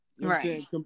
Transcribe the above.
Right